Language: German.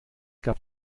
gab